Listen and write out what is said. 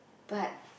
but